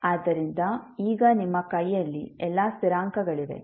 ಆದ್ದರಿಂದ ಈಗ ನಿಮ್ಮ ಕೈಯಲ್ಲಿ ಎಲ್ಲಾ ಸ್ಥಿರಾಂಕಗಳಿವೆ